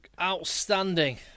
Outstanding